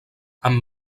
amb